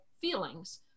feelings